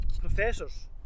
professors